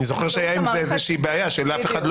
אני זוכר שהייתה עם זה בעיה כי אף אחד לא